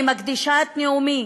אני מקדישה את נאומי